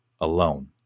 alone